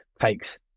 takes